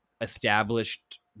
established